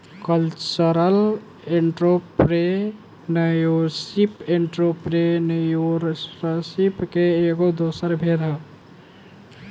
cultural entrepreneurship entrepreneurship के एगो दोसर भेद ह